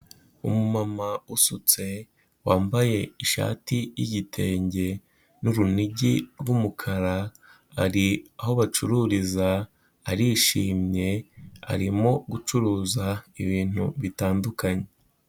Umumama usutse wambaye ishati y'igitenge n'urunigi rw'umukara. ari aho bacururiza arishimye arimo gucuruza ibintu bitandukanye.